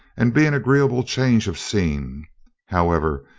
and be an agreeable change of scene however,